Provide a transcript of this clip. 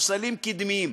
וספסלים קדמיים,